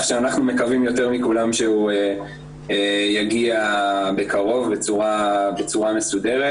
שאנחנו מקווים יותר מכולם שיגיע בקרוב בצורה מסודרת.